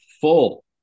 full